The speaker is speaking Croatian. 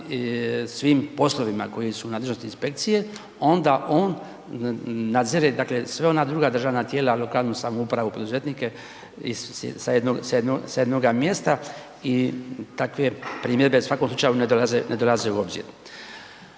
svim poslovima koji su u nadležnosti inspekcije, onda on nadzire dakle sve ona druga državna tijela, lokalnu samoupravu, poduzetnike i sa jednoga mjesta i takve primjedbe u svakom slučaju ne dolaze u obzir.